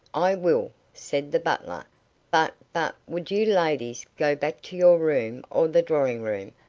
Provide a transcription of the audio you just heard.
i will, said the butler but but would you ladies go back to your room or the drawing-room,